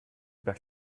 back